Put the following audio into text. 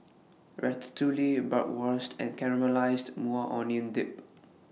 Ratatouille Bratwurst and Caramelized Maui Onion Dip